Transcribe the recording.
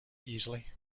easily